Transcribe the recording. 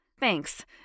Thanks